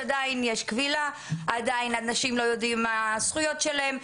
עדיין יש כבילה ועדיין אנשים לא יודעים מה הזכויות שלהם.